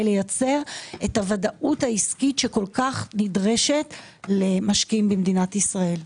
לייצר את הוודאות העסקית שכה נדרשת למשקיעים במדינת ישראל.